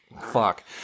Fuck